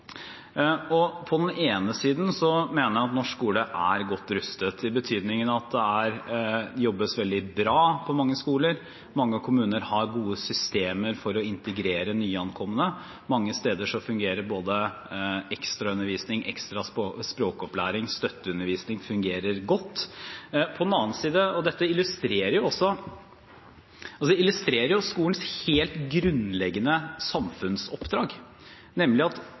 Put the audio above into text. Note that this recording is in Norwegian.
På den ene siden mener jeg at norsk skole er godt rustet i betydningen av at det jobbes veldig bra på mange skoler. Mange kommuner har gode systemer for å integrere nyankomne, og mange steder fungerer både ekstraundervisning, ekstra språkopplæring og støtteundervisning godt. Dette illustrerer også skolens helt grunnleggende samfunnsoppdrag, nemlig at skolen og barnehagen er de institusjonene i samfunnet vårt som skal sikre at